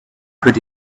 could